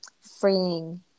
freeing